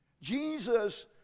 Jesus